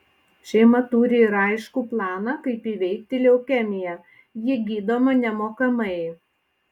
šeima turi ir aiškų planą kaip įveikti leukemiją ji gydoma nemokamai